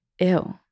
ew